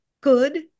good